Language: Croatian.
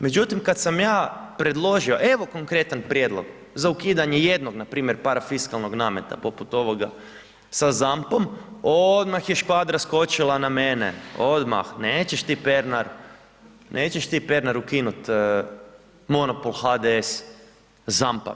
Međutim, kad sam ja predložio, evo konkretan prijedlog za ukidanje jednog npr. parafiskalnog nameta poput ovoga sa ZAMP-om, odmah je škvadra skočila na mene, odmah, nećeš ti Pernar, nećeš ti Pernar ukinut monopol HDS ZAMP-a.